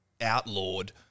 outlawed